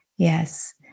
Yes